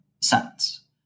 sentence